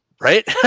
right